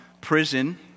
prison